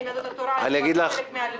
אם יהדות התורה היא כבר חלק מהליכוד.